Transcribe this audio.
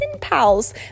pals